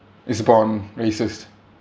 is born racist